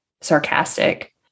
sarcastic